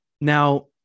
now